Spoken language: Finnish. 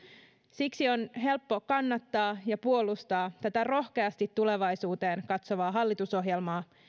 siksi on helppo kannattaa ja puolustaa tätä rohkeasti tulevaisuuteen katsovaa hallitusohjelmaa